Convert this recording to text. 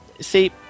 see